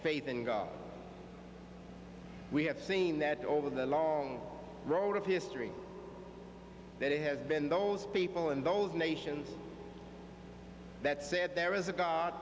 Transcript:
faith in god we have seen that over the long road of history that has been those people in those nations that said there is a god